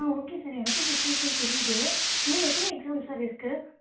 ஆ okay sir எனக்கும் situation புரியுது இன்னும் எத்தனை எக்ஸாம் சார் இருக்குது